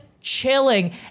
chilling